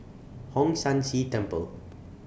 Hong San See Temple